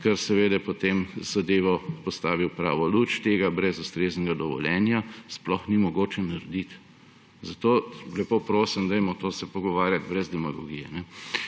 kar potem zadevo postavi v pravo luč. Tega brez ustreznega dovoljenja sploh ni mogoče naredit, zato, lepo prosim, dajmo se pogovarjati brez demagogije.